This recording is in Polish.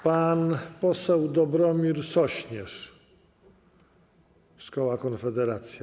Pan poseł Dobromir Sośnierz z koła Konfederacja.